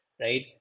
right